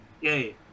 yay